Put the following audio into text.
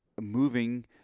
moving